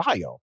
bio